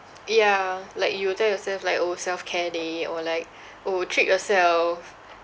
ya like you will tell yourself like orh self care day or like orh treat yourself